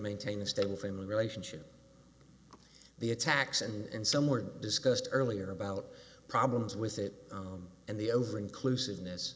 maintain a stable family relationship the attacks and some were discussed earlier about problems with it and the over inclusiveness